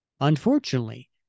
unfortunately